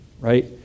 right